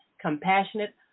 compassionate